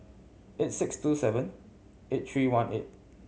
eight six two seven eight three one eight